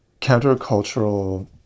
countercultural